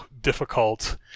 difficult